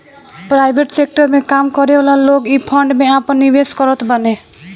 private sector में काम करेवाला लोग इ फंड में आपन निवेश करत बाने